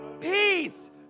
peace